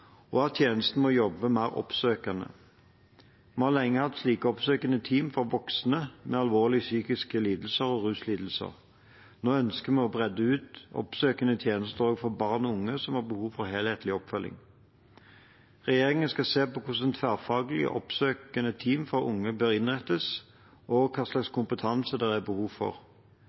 og at tjenestene må jobbe mer oppsøkende. Vi har lenge hatt slike oppsøkende team for voksne med alvorlig psykiske lidelser og ruslidelser. Nå ønsker vi å bredde ut oppsøkende tjenester også for barn og unge som har behov for helhetlig oppfølging. Regjeringen skal se på hvordan tverrfaglige, oppsøkende team for unge bør innrettes, og hva slags kompetanse det er behov for.